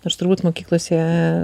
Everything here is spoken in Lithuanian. nors turbūt mokyklose